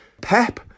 Pep